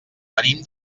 venim